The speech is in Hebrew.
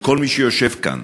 וכל מי שיושב כאן,